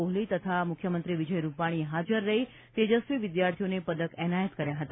કોહલી તથા મુખ્યમંત્રી વિજય રુપાણીએ હાજર રહી તેજસ્વી વિદ્યાર્થીઓને પદક એનાયત કર્યા હતા